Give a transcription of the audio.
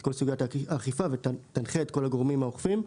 כל סוגיית האכיפה שתנחה את כל הגורמים האוכפים.